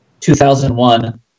2001